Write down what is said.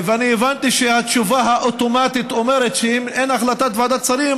ואני הבנתי שהתשובה האוטומטית היא שאם אין החלטת ועדת שרים,